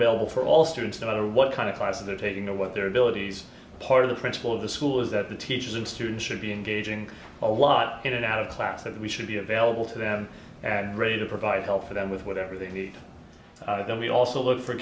available for all students no matter what kind of classes they're taking or what their abilities part of the principal of the school is that the teachers and students should be engaging a lot in and out of class that we should be available to them and ready to provide help for them with whatever they need then we also look for